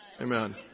Amen